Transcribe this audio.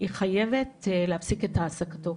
היא חייבת להפסיק את העסקתו.